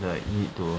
like need to